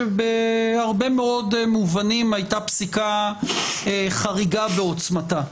שבהרבה מאוד מובנים הייתה פסיקה חריגה בעוצמתה,